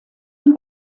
dem